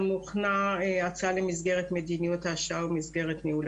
הוכנה הצעה למסגרת מדיניות ההשקעה ומסגרת מדיניות